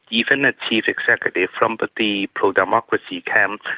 even a chief executive from but the pro-democracy camp,